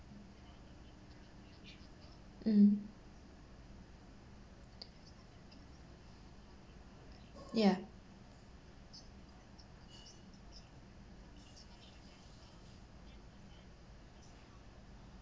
mm yeah